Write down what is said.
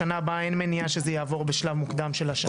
בשנה הבאה אין מניעה שזה יעבור בשלב מוקדם של השנה.